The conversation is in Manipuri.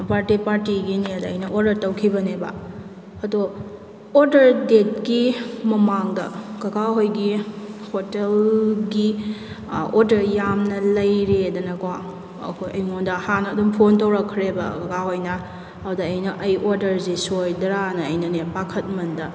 ꯕ꯭ꯔꯠꯗꯦ ꯄꯥꯔꯇꯤꯒꯤꯅꯦ ꯑꯗ ꯑꯩꯅ ꯑꯣꯔꯗꯔ ꯇꯧꯈꯤꯕꯅꯦꯕ ꯑꯗꯣ ꯑꯣꯔꯗꯔ ꯗꯦꯠꯀꯤ ꯃꯃꯥꯡꯗ ꯀꯀꯥ ꯍꯣꯏꯒꯤ ꯍꯣꯇꯦꯜꯒꯤ ꯑꯣꯔꯗꯔ ꯌꯥꯝꯅ ꯂꯩꯔꯦꯍꯥꯏꯗꯅꯀꯣ ꯑꯩꯉꯣꯟꯗ ꯍꯥꯟꯅ ꯑꯗꯨꯝ ꯐꯣꯟ ꯇꯧꯔꯛꯈ꯭ꯔꯦꯕ ꯀꯀꯥ ꯍꯣꯏꯅ ꯑꯗꯨꯗ ꯑꯩꯅ ꯑꯩ ꯑꯣꯔꯗꯔꯁꯦ ꯁꯣꯏꯔꯗ꯭ꯔꯅ ꯑꯩꯅꯅꯦ ꯄꯥꯈꯠ ꯃꯟꯗ